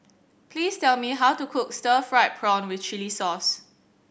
please tell me how to cook stir fried prawn with chili sauce